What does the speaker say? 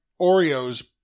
Oreos